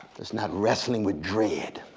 that's not wrestling with dread,